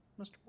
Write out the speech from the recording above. Mr